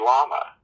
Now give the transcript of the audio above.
Lama